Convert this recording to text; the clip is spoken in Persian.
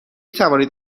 توانید